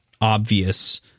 obvious